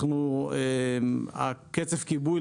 קצף הכיבוי,